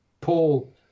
Paul